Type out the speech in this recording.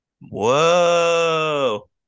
whoa